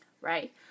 right